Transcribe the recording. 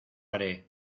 haré